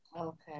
Okay